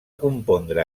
compondre